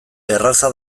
erraza